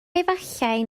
efallai